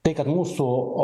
tai kad mūsų o